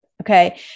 Okay